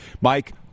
Mike